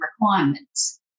requirements